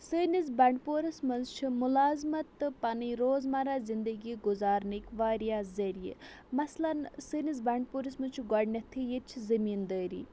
سٲنِس بَنٛڈپوٗرَس منٛز چھِ مُلازمَت تہٕ پَنٕنۍ روزمَرہ زِندگی گُزارنٕکۍ واریاہ ذٔریعہِ مثلاً سٲنِس بَنٛڈپوٗرس منٛز چھُ گۄڈنٮ۪تھٕے ییٚتہِ چھِ زٔمیٖندٲری